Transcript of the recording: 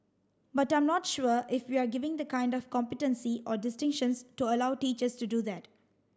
but I'm not sure if we're giving the kind of competency or distinctions to allow teachers to do that